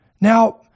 Now